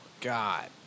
God